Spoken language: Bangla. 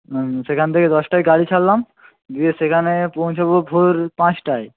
হুম সেখান থেকে দশটায় গাড়ি ছাড়লাম দিয়ে সেখানে পৌঁছোব ভোর পাঁচটায়